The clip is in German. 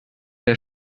der